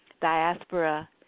diaspora